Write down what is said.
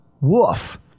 woof